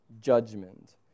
judgment